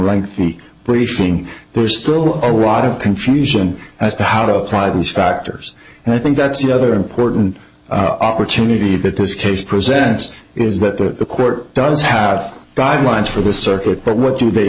me briefing there's still a lot of confusion as to how to apply these factors and i think that's the other important opportunity that this case presents is that the court does have guidelines for the circuit but what do they